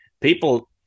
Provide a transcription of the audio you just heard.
people